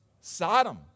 Sodom